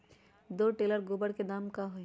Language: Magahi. दो टेलर गोबर के दाम का होई?